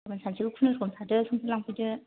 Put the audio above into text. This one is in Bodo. गाबोन सानसेखौ खुनुरुखुम थादो समफोर लांफैदो